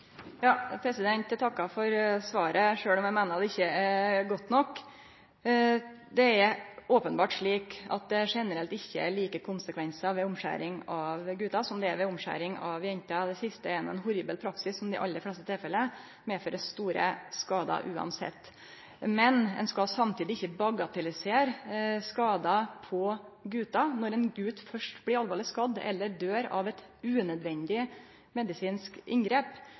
Eg takkar for svaret, sjølv om eg meiner det ikkje er godt nok. Det er openbert slik at det generelt ikkje er like konsekvensar ved omskjering av gutar som det er ved omskjering av jenter. Det siste er ein horribel praksis, som i dei aller fleste tilfella medfører store skadar, uansett. Men ein skal samtidig ikkje bagatellisere skadar på gutar. Når ein gut først blir alvorleg skadd eller døyr av eit unødvendig medisinsk inngrep,